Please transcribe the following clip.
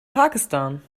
pakistan